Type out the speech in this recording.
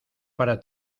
para